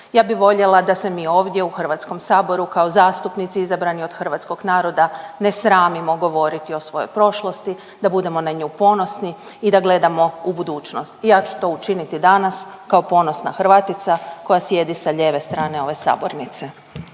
Ja bi voljela da se mi ovdje u Hrvatskom saboru kao zastupnici izabrani od hrvatskog naroda, ne sramimo govoriti o svojoj prošlosti, da budemo na nju ponosni i da gledamo u budućnost i ja ću to učiniti danas kao ponosna Hrvatica koja sjedi sa lijeve strane ove sabornice.